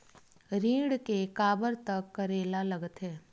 ऋण के काबर तक करेला लगथे?